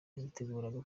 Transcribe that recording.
yiteguraga